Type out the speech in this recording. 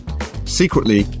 Secretly